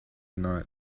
not